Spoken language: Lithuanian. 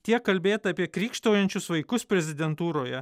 tiek kalbėta apie krykštaujančius vaikus prezidentūroje